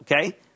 Okay